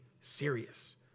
serious